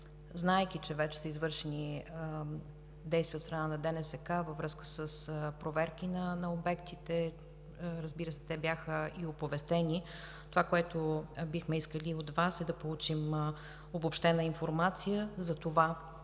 знаейки, че вече са извършени действия от страна на ДНСК във връзка с проверки на обектите – разбира се, те бяха оповестени, това, което бихме искали от Вас, е да получим обобщена информация: какви